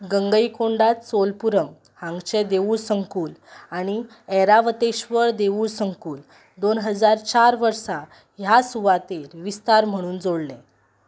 गंगईकोंडात सोलपुरम हांगचें देवूळ संकूल आनी एरावतेश्वर देवूळ संकूल दोन हजार चार वर्सां ह्या सुवातेर विस्तार म्हणून जोडलें